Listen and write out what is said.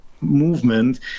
movement